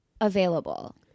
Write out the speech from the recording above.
available